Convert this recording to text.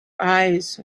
eyes